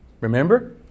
remember